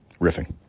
riffing